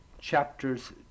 chapters